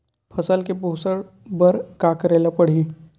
फसल के पोषण बर का करेला पढ़ही?